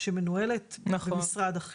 ופה מאוד חשוב להגיד את זה לאזרחי ישראל.